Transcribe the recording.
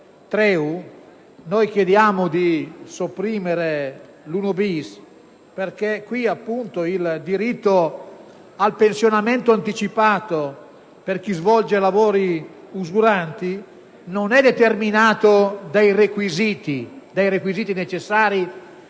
si chiede di sopprimere il comma 1-*bis* perché il diritto al pensionamento anticipato per chi svolge lavori usuranti non è determinato dai requisiti necessari